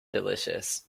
delicious